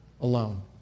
alone